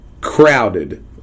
crowded